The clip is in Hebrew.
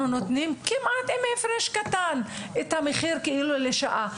נותנים כמעט עם הפרש קטן את המחיר לשעה.